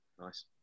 nice